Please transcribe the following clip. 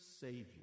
Savior